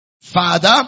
Father